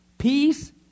peace